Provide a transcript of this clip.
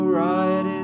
right